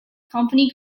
company